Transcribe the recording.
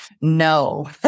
no